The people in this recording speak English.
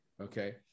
Okay